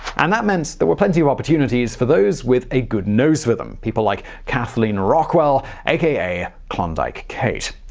and that meant there were plenty of opportunities for those with a good nose for them. people like kathleen rockwell, aka klondike kate.